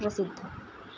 प्रसिद्धम्